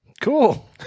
Cool